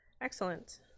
Excellent